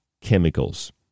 chemicals